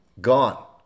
gone